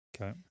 Okay